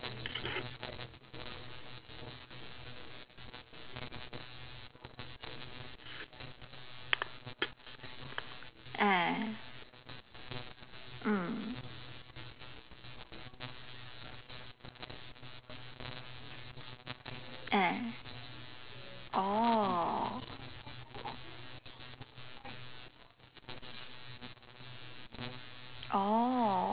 ah mm ah oh oh